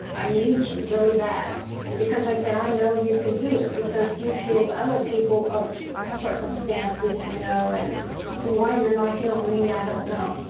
i need you really bad because i said i know you can do it because you have healed other people of circumstances, you know, and why you are not healing me, i don't know.